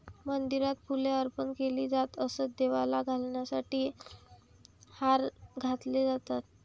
मंदिरात फुले अर्पण केली जात असत, देवाला घालण्यासाठी हार घातले जातात